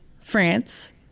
France